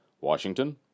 Washington